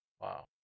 Wow